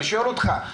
אני שואל אותך: